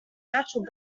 natural